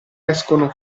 escono